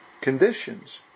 conditions